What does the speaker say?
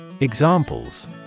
Examples